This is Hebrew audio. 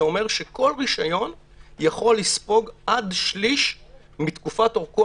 זה אומר שכל רישיון יכול לספוג עד שליש מתקופת אורכו